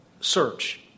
search